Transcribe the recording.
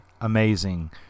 amazing